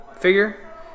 figure